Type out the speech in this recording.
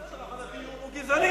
בסדר, אבל הדיון הוא גזעני.